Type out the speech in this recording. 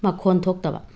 ꯃꯈꯣꯟ ꯊꯣꯛꯇꯕ